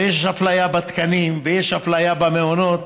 ויש אפליה בתקנים ויש אפליה במעונות,